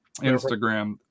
instagram